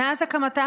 מאז הקמתה,